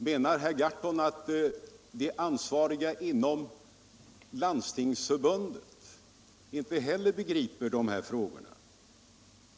Menar herr Gahrton att de ansvariga inom Landstingsförbundet inte heller begriper dessa frågor?